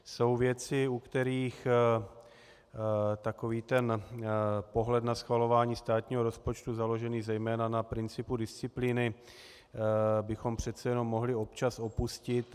Jsou věci, u kterých takový ten pohled na schvalování státního rozpočtu založený zejména na principu disciplíny bychom přece jenom mohli občas opustit.